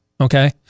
okay